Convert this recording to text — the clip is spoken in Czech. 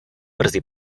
brzy